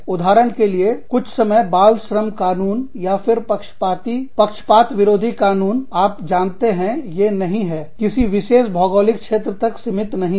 उदाहरण के लिए कुछ समय बाल श्रम कानून या फिर पक्षपातीपक्षपात विरोधी कानून आप जानते हैं ये नहीं है किसी विशेष भौगोलिक क्षेत्र तक सीमित नहीं है